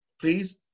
please